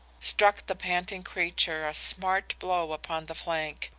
struck the panting creature a smart blow upon the flank,